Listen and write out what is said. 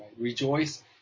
Rejoice